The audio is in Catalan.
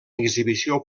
exhibició